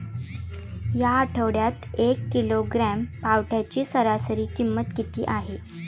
या आठवड्यात एक किलोग्रॅम पावट्याची सरासरी किंमत किती आहे?